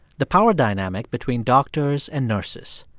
the power dynamic between doctors and nurses.